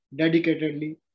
dedicatedly